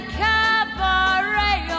cabaret